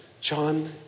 John